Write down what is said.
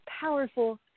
powerful